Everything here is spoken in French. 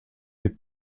des